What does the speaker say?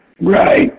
Right